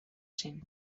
zen